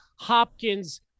Hopkins